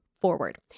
forward